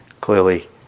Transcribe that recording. clearly